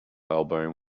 elbowing